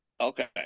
Okay